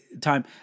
time